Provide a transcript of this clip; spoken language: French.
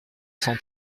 cent